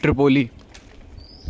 Tripoli